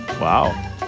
Wow